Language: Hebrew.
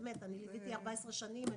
באמת, אני ליוויתי 14 שנים.